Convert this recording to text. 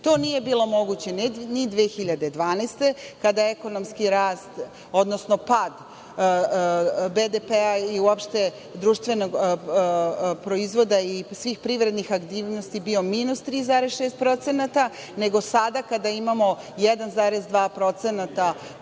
To nije bilo moguće ni 2012. godine kada je ekonomski rast, odnosno pad BDP i uopšte društvenog proizvoda i svih privrednih aktivnosti bio minus 3,6%, nego sada kada imamo 1,2% porast